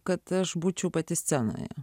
kad aš būčiau pati scenoje